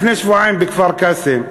לפני שבועיים, בכפר-קאסם,